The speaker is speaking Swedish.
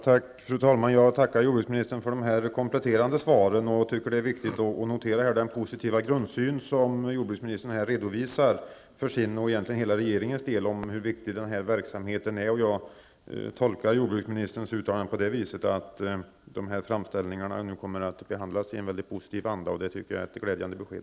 Fru talman! Jag tackar jordbruksministern för de kompletterande svaren. Det är viktigt att notera jordbruksministerns och hela regeringens positiva grundsyn när det gäller hur viktig den här verksamheten är. Jag tolkar jordbruksministerns uttalanden så att dessa framställningar kommer att behandlas i en mycket positiv anda, och det är ett glädjande besked.